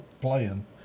playing